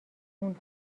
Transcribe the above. اون